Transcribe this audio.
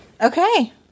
Okay